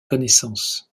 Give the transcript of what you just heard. connaissances